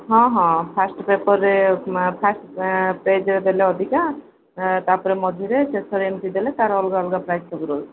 ହଁ ହଁ ଫାଷ୍ଟ୍ ପେପର୍ରେ ଫାଷ୍ଟ୍ ପେଜ୍ରେ ଦେଲେ ଅଧିକା ତା'ପରେ ମଝିରେ ଶେଷରେ ଏମତି ଦେଲେ ତାର ଅଲଗା ଅଲଗା ପ୍ରାଇସ୍ ସବୁ ରହୁଛି